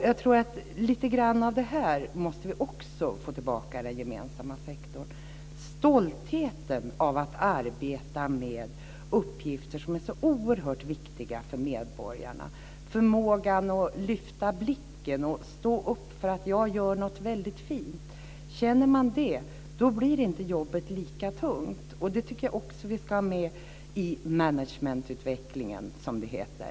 Jag tror att vi måste få tillbaka också lite grann av detta i den gemensamma sektorn, stoltheten över att arbeta med uppgifter som är så oerhört viktiga för medborgarna, förmågan att lyfta blicken och stå upp för att man gör något väldigt fint. Om man känner det så blir jobbet inte lika tungt. Och det tycker jag också att vi ska ha med i managementutvecklingen, som det heter.